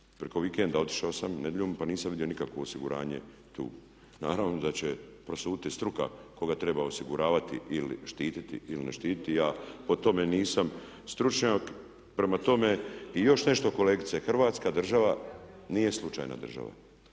preko vikenda, otišao sam nedjeljom pa nisam vidio nikakvo osiguranje tu. Naravno da će prosuditi struka koga treba osiguravati ili štititi ili ne štititi. Ja po tome nisam stručnjak. Prema tome, i još nešto kolegice, Hrvatska država nije slučajna država,